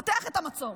פותח את המצור.